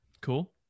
cool